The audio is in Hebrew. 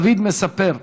דוד מספר,